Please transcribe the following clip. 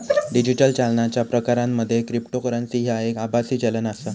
digital चालनाच्या प्रकारांमध्ये cryptocurrency ह्या एक आभासी चलन आसा